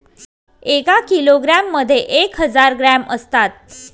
एका किलोग्रॅम मध्ये एक हजार ग्रॅम असतात